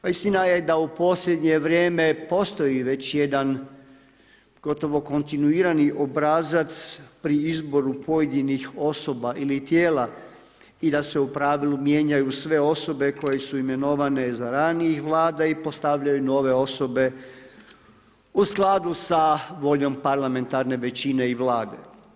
Istina je da u posljednje vrijeme postoji već jedan, gotovo kontinuirani obrazac pri izboru pojedinih osoba ili tijela i da se u pravilu mijenjaju sve osobe koje su imenovane za ranijih Vlada i postavljaju nove osobe u skladu sa voljom parlamentarne većine i Vlade.